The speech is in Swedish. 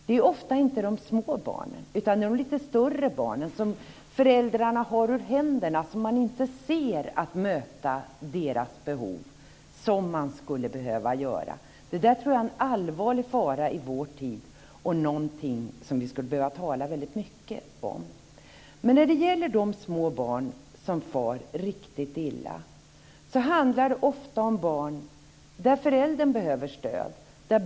Det är ofta inte de små barnen, utan de lite större barnen som föräldrarna har ur händerna. Man ser inte att möta deras behov som man skulle behöva göra. Det där tror jag är en allvarlig fara i vår tid och någonting som vi skulle behöva tala väldigt mycket om. Men när det gäller de små barn som far riktigt illa handlar det ofta om att föräldern behöver stöd.